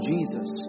Jesus